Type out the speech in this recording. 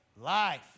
Life